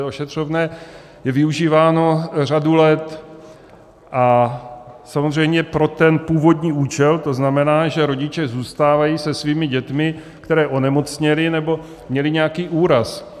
Ošetřovné je využíváno řadu let a samozřejmě pro ten původní účel, to znamená, že rodiče zůstávají se svými dětmi, které onemocněly nebo měly nějaký úraz.